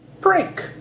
Break